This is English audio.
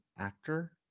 actor